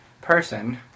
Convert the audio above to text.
person